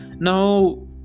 Now